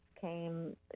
came